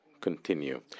continue